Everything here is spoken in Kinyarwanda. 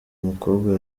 mukobwa